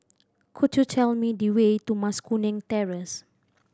could you tell me the way to Mas Kuning Terrace